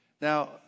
Now